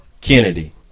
Kennedy